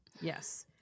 yes